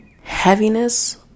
heaviness